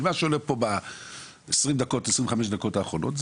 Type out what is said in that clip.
כי ממה שעולה פה ב-25 דקות האחרונות,